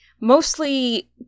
mostly